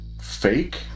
fake